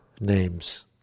names